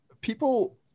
people